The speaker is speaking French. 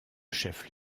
chef